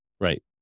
right